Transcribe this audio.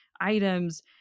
items